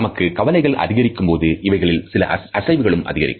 நமக்கு கவலைகள் அதிகரிக்கும் போது இவைகளில் சில அசைவுகள் அதிகரிக்கும்